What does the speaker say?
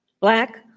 Black